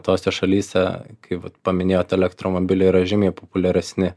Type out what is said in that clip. tose šalyse kaip vat paminėjot elektromobiliai yra žymiai populiaresni